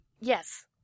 Yes